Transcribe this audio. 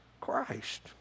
Christ